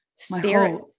spirit